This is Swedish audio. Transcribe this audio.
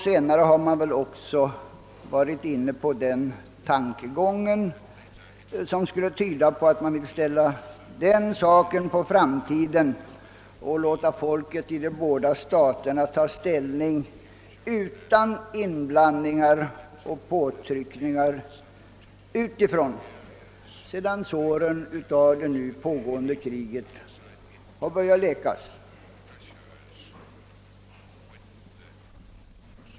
Senare har man väl också varit inne på tanken att ställa frågan på framtiden och låta folken i de båda staterna ta ställning utan inblandningar och påtryckningar utifrån, sedan såren efter det nu pågående kriget börjat läkas.